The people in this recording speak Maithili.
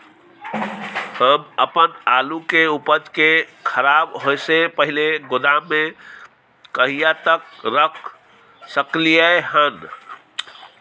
हम अपन आलू के उपज के खराब होय से पहिले गोदाम में कहिया तक रख सकलियै हन?